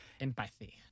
empathy